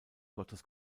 gottes